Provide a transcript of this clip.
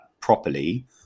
properly –